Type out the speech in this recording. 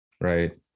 Right